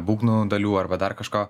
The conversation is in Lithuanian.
būgnų dalių arba dar kažko